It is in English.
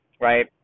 right